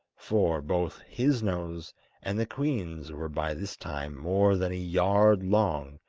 for both his nose and the queen's were by this time more than a yard long,